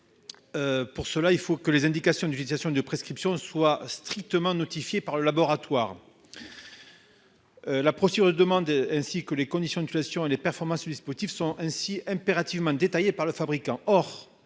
Pour cela il faut que les indications d'utilisation de prescription soit strictement notifié par le laboratoire. La procureure demande ainsi que les conditions de création et les performances suisses spots sont ainsi impérativement détaillé par le fabricant